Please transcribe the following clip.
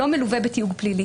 לא מלווה בתיוג פלילי.